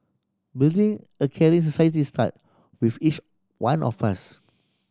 building a caring society start with each one of us